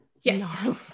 yes